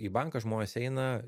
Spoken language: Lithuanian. į banką žmonės eina